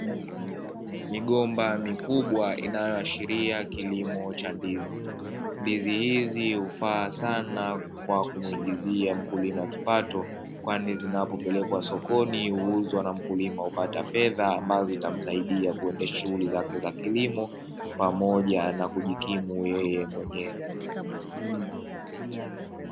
Migomba mikubwa inayoashiria kilimo cha ndizi, ndizi hizi hufaa sana kwa kumuingizia mkulima kipato kwani zinapopelekwa sokoni huuzwa na mkulima hupata fedha ambazo zitamsaidia kuendesha shughuli zake za kilimo pamoja na kujikimu yeye mwenyewe.